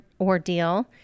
ordeal